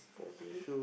okay